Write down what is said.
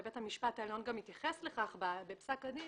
ובית המשפט העליון גם התייחס לכך בפסק הדין,